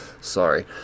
Sorry